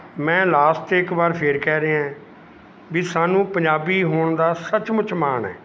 ਮੈਂ ਲਾਸਟ 'ਤੇ ਇੱਕ ਵਾਰ ਫਿਰ ਕਹਿ ਰਿਹਾ ਵੀ ਸਾਨੂੰ ਪੰਜਾਬੀ ਹੋਣ ਦਾ ਸੱਚ ਮੁੱਚ ਮਾਣ ਹੈ